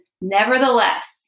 nevertheless